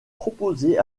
proposé